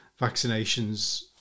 vaccinations